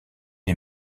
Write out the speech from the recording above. est